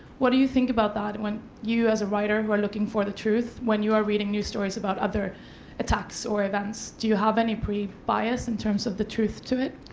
what do you think about that when you, as a writer who are looking for the truth when you are reading news stories about other attacks or events, do you have any pre-bias in terms of the truth to it?